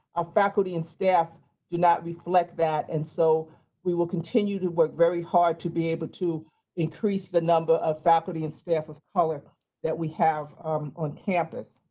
faculty and staff do not reflect that. and so we will continue to work very hard to be able to increase the number of faculty and staff of color that we have on campus.